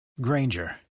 Granger